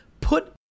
Put